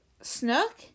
Snook